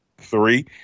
Three